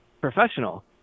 professional